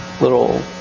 little